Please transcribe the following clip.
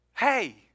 hey